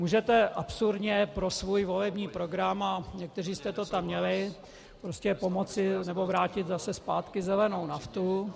Můžete absurdně pro svůj volební program, a někteří jste to tam měli, prostě pomoci nebo vrátit zase zpátky zelenou naftu.